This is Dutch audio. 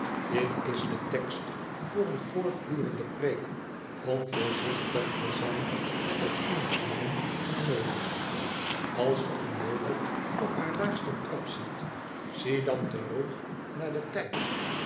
dit is de tekst voor een voortdurende preek om voorzichtig te zijn met het invoeren van modes als ge een mode op haar laagsten trap ziet zie dan terug naar den tijd